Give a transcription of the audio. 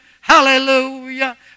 hallelujah